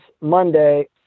monday